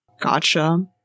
gotcha